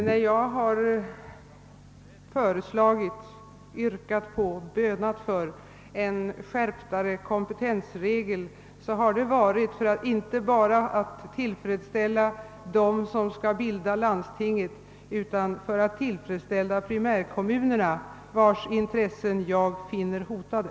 Herr talman! När jag föreslagit, yrkat på och bönat för en skärpning av kompetensregeln har det inte bara varit för att tillfredsställa dem som skall bilda landsting utan för att tillfredsställa primärkommunerna, vilkas intressen jag finner hotade.